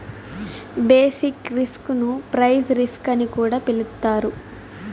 basic risk ను price risk అని కూడా పిలుత్తారు